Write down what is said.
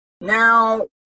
Now